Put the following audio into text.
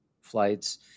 flights